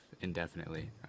indefinitely